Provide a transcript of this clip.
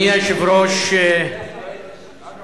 חבר